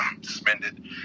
suspended